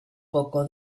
poco